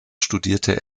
studierte